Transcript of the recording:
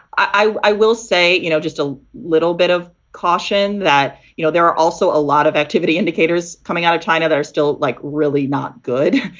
i will say, you know, just a little bit of caution that, you know, there are also a lot of activity indicators coming out of china that are still like really not good.